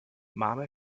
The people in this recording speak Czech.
máme